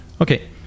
Okay